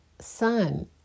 son